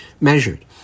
measured